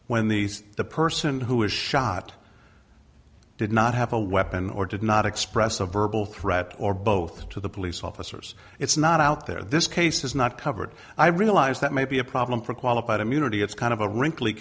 when these the person who is shot did not have a weapon or did not express a verbal threat or both to the police officers it's not out there this case is not covered i realize that may be a problem for qualified immunity it's kind of a wrink